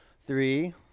Three